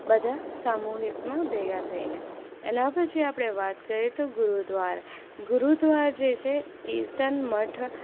બધા સામુહિકમાં ભેગા થઈને એના પછી આપડે વાત કરીએ તો ગુરુદ્વારા ગુરુદ્વારા જે છે એ કીર્તન મઠ